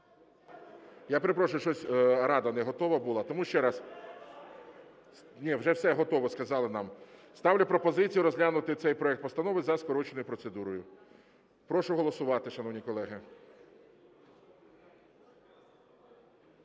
Я перепрошую, щось "Рада" не готова була, тому ще раз. Ні, вже все готово сказали нам. Ставлю пропозицію розглянути цей проект постанови за скороченою процедурою. Прошу голосувати, шановні колеги.